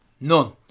None